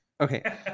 Okay